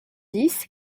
dix